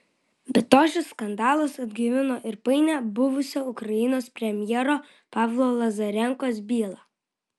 be to šis skandalas atgaivino ir painią buvusio ukrainos premjero pavlo lazarenkos bylą